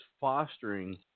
fostering